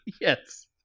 Yes